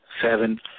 seven